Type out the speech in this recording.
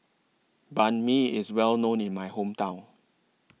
Banh MI IS Well known in My Hometown